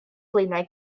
blaenau